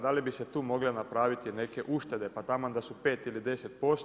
Da li bi se tu mogle napraviti neke uštede, pa taman da su 5 ili 10%